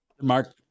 mark